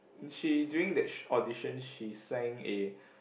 she during that sh~ audition she sang a